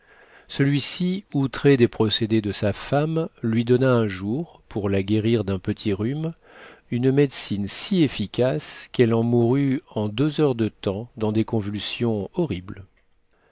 celui-ci outré des procédés de sa femme lui donna un jour pour la guérir d'un petit rhume une médecine si efficace qu'elle en mourut en deux heures de temps dans des convulsions horribles